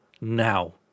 now